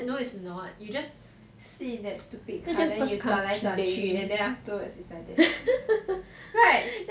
no it's not you just sit in that stupid car then you 转来转去 and then afterwards just like that right